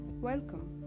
Welcome